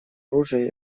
оружие